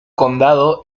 condado